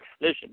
Listen